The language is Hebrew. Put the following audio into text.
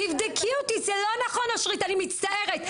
זה לא נכון אושרית אני מצטערת,